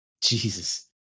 Jesus